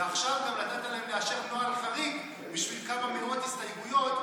ועכשיו גם נתת להם לאשר נוהל חריג בשביל כמה מאות הסתייגויות,